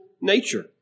nature